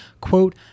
quote